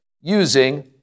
using